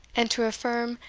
and to affirm,